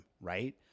right